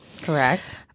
Correct